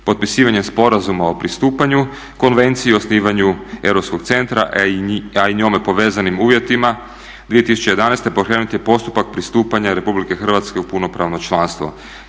Potpisivanje sporazuma o pristupanju konvencije i osnivanju Europskog centra a i njome povezanim uvjetima 2011. pokrenut je postupak pristupanja Republike Hrvatske u punopravno članstvo.